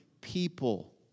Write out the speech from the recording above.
people